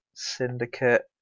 Syndicate